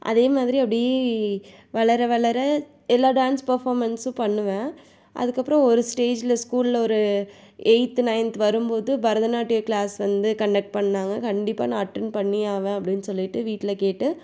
அதேமாதிரி அப்படி வளர வளர எல்லா டான்ஸ் பர்ஃபாமென்ஸும் பண்ணுவேன் அதற்கப்பறம் ஒரு ஸ்டேஜில் ஸ்கூலில் ஒரு எயித்து நைன்த் வரும்போது பரதநாட்டிய கிளாஸ் வந்து கன்டாக்ட் பண்ணாங்க கண்டிப்பாக நான் அட்டன் பண்ணியே ஆவேன் அப்படின்னு சொல்லிவிட்டு வீட்டில் கேட்டு